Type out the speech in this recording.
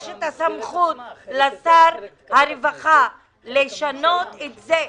יש סמכות לשר הרווחה לשנות את זה.